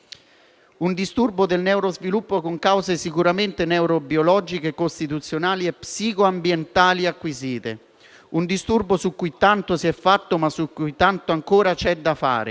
Un disturbo del neurosviluppo con cause sicuramente neurobiologiche, costituzionali e psico-ambientali acquisite: un disturbo su cui tanto si è fatto, ma tanto ancora c'è da fare.